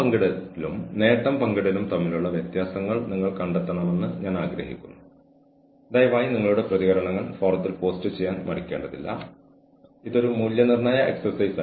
പക്ഷേ കഴിയുന്നിടത്തോളം നിങ്ങളുടെ ഇന്റർവ്യൂ പാനൽ കഴിയുന്നത്ര വൈവിധ്യമാർന്ന ജീവനക്കാരെയോ അല്ലെങ്കിൽ വൈവിധ്യമാർന്ന ഇന്റർവ്യൂ ചെയ്യുന്നവരെയോ ഉപയോഗിച്ച് ജനകീയമാക്കുക